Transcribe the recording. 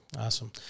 awesome